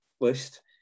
list